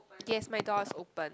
yes my door is open